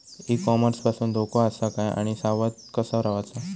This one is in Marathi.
ई कॉमर्स पासून धोको आसा काय आणि सावध कसा रवाचा?